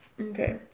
Okay